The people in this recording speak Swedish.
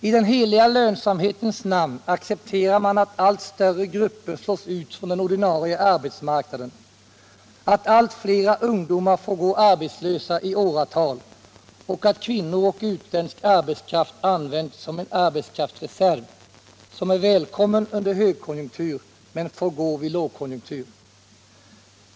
I den heliga lönsamhetens namn accepterar man att allt större grupper slås ut från den ordinarie arbetsmarknaden, att allt flera ungdomar får gå arbetslösa i åratal och att kvinnor och utländsk arbetskraft används som en arbetskraftsreserv som är välkommen under högkonjunktur men får gå vid lågkonjunktur.